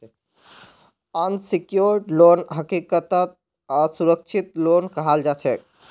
unsecured loan हकीकतत असुरक्षित loan कहाल जाछेक